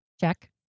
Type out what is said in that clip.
Check